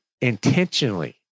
intentionally